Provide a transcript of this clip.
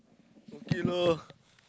okay lor